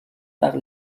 par